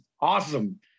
awesome